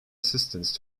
assistance